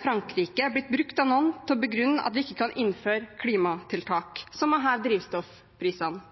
Frankrike blitt brukt av noen til å begrunne at vi ikke kan innføre klimatiltak, som f.eks. å heve drivstoffprisene.